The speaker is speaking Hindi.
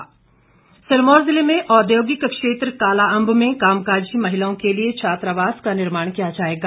बिंदल सिरमौर जिले में औद्योगिक क्षेत्र कालाअंब में कामकाजी महिलाओं के लिए छात्रावास का निर्माण किया जाएगा